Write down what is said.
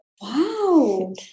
Wow